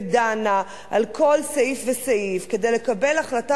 ודנה על כל סעיף וסעיף כדי לקבל החלטה